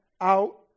out